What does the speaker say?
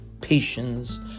patience